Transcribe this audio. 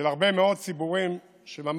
של הרבה מאוד ציבורים שממש